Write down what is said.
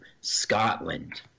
scotland